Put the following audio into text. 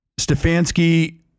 Stefanski